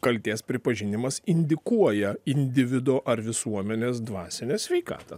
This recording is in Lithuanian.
kaltės pripažinimas indikuoja individo ar visuomenės dvasinę sveikatą